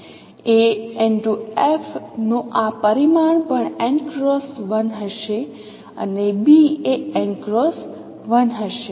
Af નો આ પરિમાણ પણ n x 1 હશે અને b એ nx1 હશે